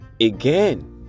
Again